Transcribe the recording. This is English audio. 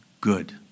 good